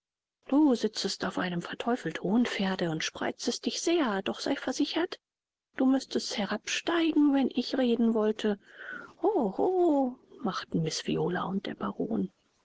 du sitzest auf einem verteufelt hohen pferde und spreizest dich sehr doch sei versichert du müßtest herabsteigen wenn ich reden wollte oho machten miß viola und der baron